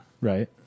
Right